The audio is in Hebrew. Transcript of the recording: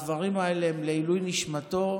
הדברים האלה הם לעילוי נשמתו,